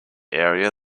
area